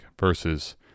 versus